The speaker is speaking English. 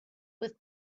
with